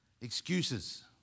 Excuses